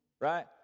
Right